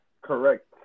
Correct